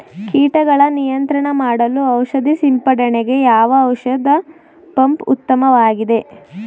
ಕೀಟಗಳ ನಿಯಂತ್ರಣ ಮಾಡಲು ಔಷಧಿ ಸಿಂಪಡಣೆಗೆ ಯಾವ ಔಷಧ ಪಂಪ್ ಉತ್ತಮವಾಗಿದೆ?